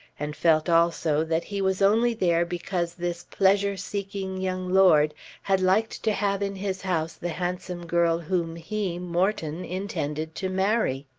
and felt also that he was only there because this pleasure-seeking young lord had liked to have in his house the handsome girl whom he, morton, intended to marry.